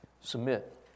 submit